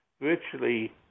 virtually